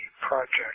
project